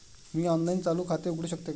मी online चालू खाते उघडू शकते का?